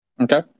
Okay